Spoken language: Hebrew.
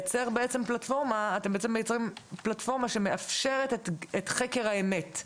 אתם בעצם מייצרים פלטפורמה שמאפשרת את חקר האמת.